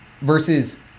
Versus